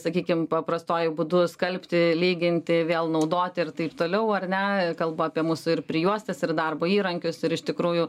sakykim paprastuoju būdu skalbti lyginti vėl naudoti ir taip toliau ar ne kalbu apie mūsų ir prijuostes ir darbo įrankius ir iš tikrųjų